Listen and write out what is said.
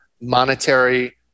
monetary